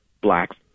blacks